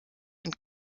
und